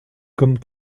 comme